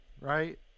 right